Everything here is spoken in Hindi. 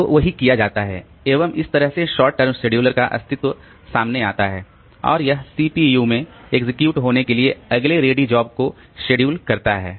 तो वही किया जाता है एवं इस तरह से शॉर्ट टर्म शेड्यूलर का अस्तित्व सामने आता है और यह सीपीयू में एक्जिक्यूट होने के लिए अगले रेडी जॉब को सेड्यूल करता है